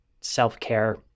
self-care